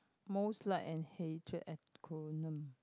most liked and hated acronym